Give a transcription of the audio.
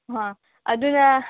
ꯑꯥ ꯑꯗꯨꯅ